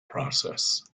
process